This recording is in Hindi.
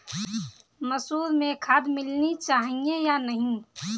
मसूर में खाद मिलनी चाहिए या नहीं?